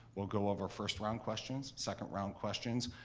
we'll go over first round questions, second round questions.